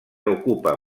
ocupa